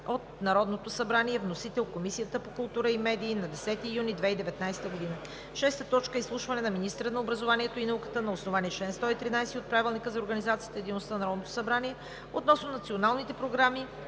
от Народното събрание. Вносител е Комисията по културата и медиите на 10 юни 2019 г. 6. Изслушване на министъра на образованието и науката на основание чл. 113 от Правилника за организацията и дейността на Народното събрание относно Националните програми